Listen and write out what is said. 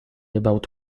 about